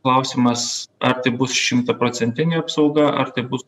klausimas ar tai bus šimtaprocentinė apsauga ar tai bus